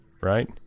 right